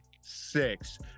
six